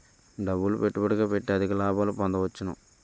డబ్బులు పెట్టుబడిగా పెట్టి అధిక లాభాలు పొందవచ్చును